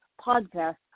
podcast